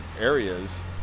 areas